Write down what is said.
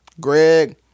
Greg